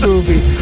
movie